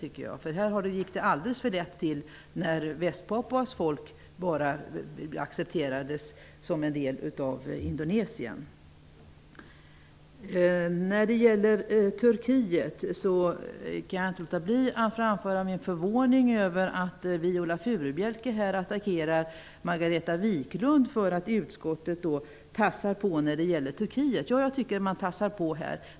Det gick alldeles för lätt när Västpapuas folk accepterades som en del av Indonesien. Jag kan inte låta bli att framföra min förvåning över att Viola Furubjelke här attackerar Margareta Viklund för att utskottet tassar på när det gäller Turkiet. Jag tycker att man tassar på här.